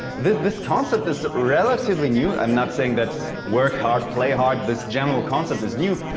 this this concept is relatively new. i'm not saying that work hard, play hard this general concept is new.